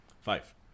Five